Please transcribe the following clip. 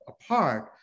apart